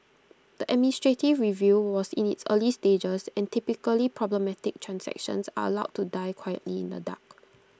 the administrative review was in its early stages and typically problematic transactions are allowed to die quietly in the dark